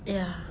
ya